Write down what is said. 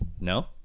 No